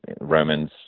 Romans